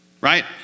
right